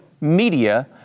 media